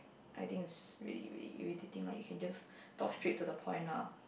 I think it's really really irritating like you can just talk straight to the point lah